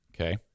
Okay